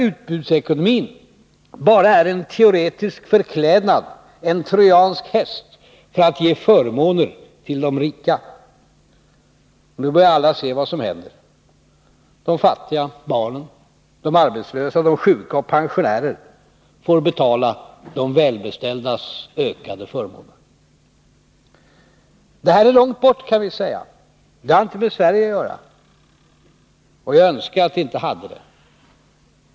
utbudsekonomin bara är en teoretisk förklädnad, en trojansk häst, för att ge förmåner till de rika. Nu börjar alla se vad som händer: de fattiga, barnen, de arbetslösa, de sjuka och pensionärer får betala de välbeställdas ökade förmåner. Detta är långt borta, kan vi säga. Det har inte med Sveriga att göra. Och jag önskar att det inte hade det.